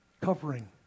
covering